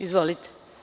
Izvolite.